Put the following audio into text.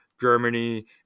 germany